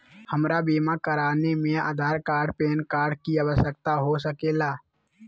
हमरा बीमा कराने में आधार कार्ड पैन कार्ड की आवश्यकता हो सके ला?